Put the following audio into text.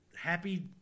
Happy